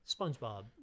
Spongebob